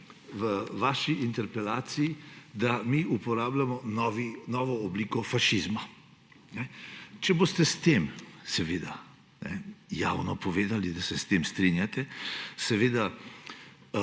v vaši interpelaciji, da mi uporabljamo novo obliko fašizma? Če boste javno povedali, da se s tem strinjate, je